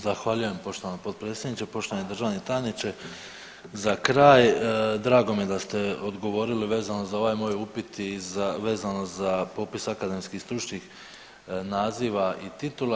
Zahvaljujem poštovana potpredsjednice, poštovani državni tajniče za kraj drago mi je da ste odgovorili vezano za ovaj moj upit i vezano za popis akademskih stručnih naziva, titula.